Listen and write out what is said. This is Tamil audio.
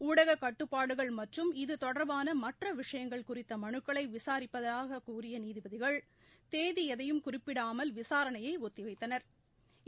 ஊடக கட்டுப்பாடுகள் மற்றும் இது தொடர்பான மற்ற விஷயங்கள் குறித்த மனுக்களை விசாரிப்பதாக கூறிய நீதிபதிகள் தேதி எதையும் குறிப்பிடாமல் விசாணையை ஒத்திவைத்தனா்